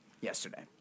yesterday